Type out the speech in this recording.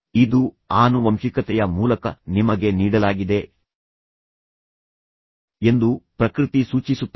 ಇದು ಆನುವಂಶಿಕತೆಯ ಮೂಲಕ ನಿಮಗೆ ನೀಡಲಾಗಿದೆ ಎಂದು ಪ್ರಕೃತಿ ಸೂಚಿಸುತ್ತದೆ